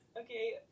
Okay